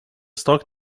stock